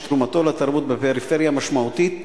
שתרומתו לתרבות בפריפריה משמעותית.